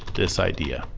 this idea.